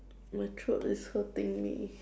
my throat is hurting me